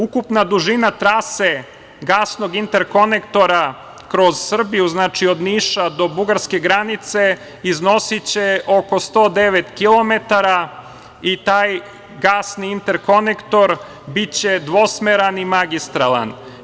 Ukupna dužina trase gasnog interkonektora kroz Srbiju, znači od Niša do Bugarske granice iznosiće oko 109 kilometara i taj gasni interkonektor biće dvosmeran i magistralan.